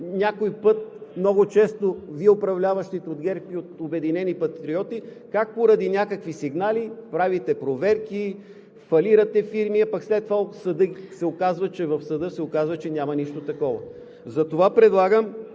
някой път, много често Вие, управляващите от ГЕРБ и от „Обединени патриоти“, как поради някакви сигнали правите проверки, фалирате фирми, пък след това в съда се оказва, че няма нищо такова. Затова предлагам